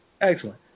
Excellent